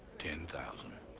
ten thousand.